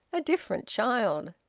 a different child!